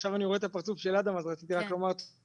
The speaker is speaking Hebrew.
עכשיו אני רואה את הפרצוף של אדם אז רציתי רק לומר תודה.